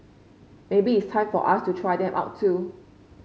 maybe it's time for us to try them out too